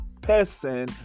person